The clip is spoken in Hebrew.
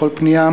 בכל פנייה,